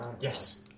yes